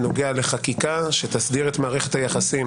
בנוגע לחקיקה שתסדיר את מערכת היחסים